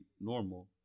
normal